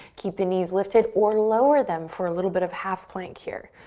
keep the knees lifted or lower them for a little bit of half plank here.